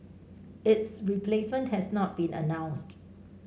its replacement has not been announced